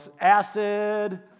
acid